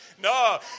No